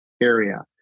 area